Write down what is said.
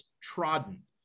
trodden